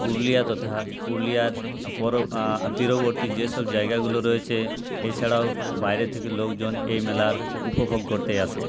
পুরুলিয়া তথা পুরুলিয়ার পরও তীরবর্তী যেসব জায়গাগুলো রয়েছে এছাড়াও বাইরে থেকে লোকজন এই মেলার উপভোগ করতে আসে